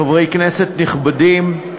חברי כנסת נכבדים,